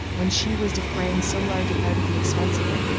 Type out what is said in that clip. when she was defraying so large a part of the expense of it.